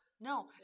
no